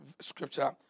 scripture